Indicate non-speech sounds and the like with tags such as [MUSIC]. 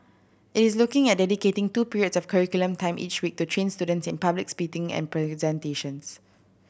it is looking at dedicating two periods of curriculum time each week to train students in public speaking and [UNINTELLIGIBLE]